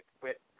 quit